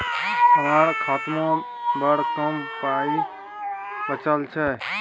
हमर खातामे बड़ कम पाइ बचल छै